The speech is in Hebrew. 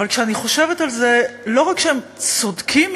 הגיור, וגם כשהם באים להתחתן,